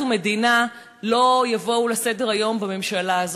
ומדינה לא יבואו לסדר-היום בממשלה הזאת,